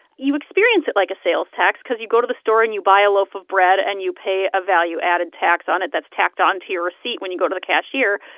you experience it like a sales tax because you go to the store and you buy a loaf of bread, and you pay a value-added tax on it that's tacked on to your receipt when you go to the cashier.